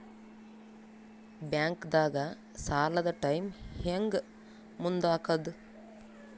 ಬ್ಯಾಂಕ್ದಾಗ ಸಾಲದ ಟೈಮ್ ಹೆಂಗ್ ಮುಂದಾಕದ್?